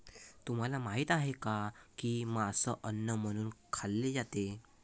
तुम्हाला माहित आहे का की मांस अन्न म्हणून खाल्ले जाते?